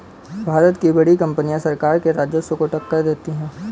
भारत की बड़ी कंपनियां सरकार के राजस्व को टक्कर देती हैं